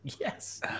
yes